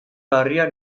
larria